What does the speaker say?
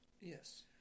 yes